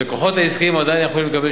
הלקוחות העסקיים עדיין יכולים לקבל